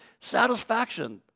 satisfaction